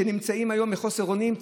שנמצאים היום בחוסר אונים,